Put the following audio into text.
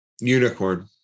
Unicorn